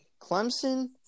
Clemson